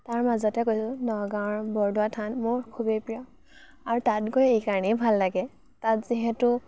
তাৰ মাজতে কৈছোঁ নগাঁঁৱৰ বৰদোৱা থান মোৰ খুবেই প্ৰিয় আৰু তাত গৈ এইকাৰণেই ভাল লাগে তাত যিহেতু